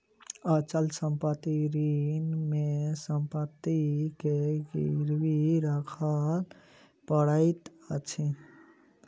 अचल संपत्ति ऋण मे संपत्ति के गिरवी राखअ पड़ैत अछि